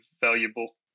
valuable